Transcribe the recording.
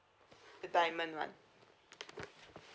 a diamond one